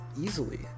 Easily